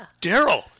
daryl